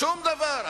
שום דבר.